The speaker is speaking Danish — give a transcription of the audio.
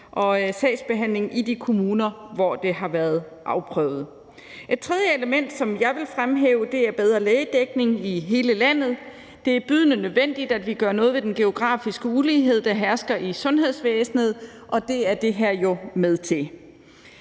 og sagsbehandling i de kommuner, hvor det har været afprøvet. Et tredje element, som jeg vil fremhæve, er bedre lægedækning i hele landet. Det er bydende nødvendigt, at vi gør noget ved den geografiske ulighed, der hersker i sundhedsvæsenet, og det er det her jo med til.